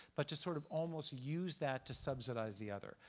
but to sort of almost use that to subsidize the other.